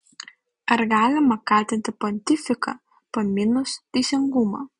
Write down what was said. ar galima kaltinti pontifiką pamynus teisingumą